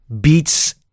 beats